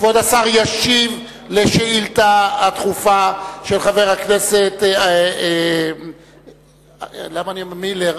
כבוד השר ישיב על השאילתא הדחופה של חבר הכנסת אלכס מילר.